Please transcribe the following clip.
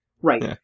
Right